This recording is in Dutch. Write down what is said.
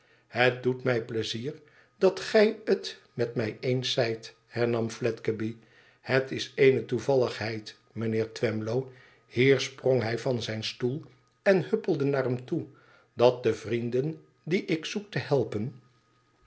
het doet mij pleizier dat gij het met mij eens zijt hernam fledgeby ihet is eene toevalligheid mijnheer twemlow hier sprong hij van zijn stoel en huppelde naar hem toe dat de vrienden die ik zoek te helpen